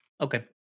Okay